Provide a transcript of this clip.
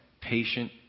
patient